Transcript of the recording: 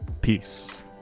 Peace